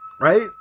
right